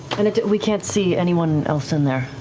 and we can't see anyone else in there,